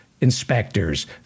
inspectors